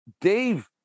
Dave